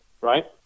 right